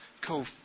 Cool